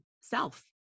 self